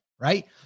Right